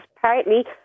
partly